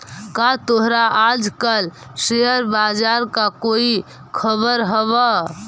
का तोहरा आज कल शेयर बाजार का कोई खबर हवअ